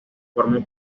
formó